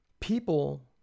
People